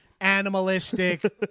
animalistic